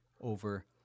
over